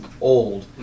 old